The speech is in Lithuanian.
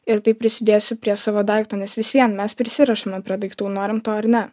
ir taip prisidėsiu prie savo daikto nes vis vien mes prisirišame prie daiktų norim to ar ne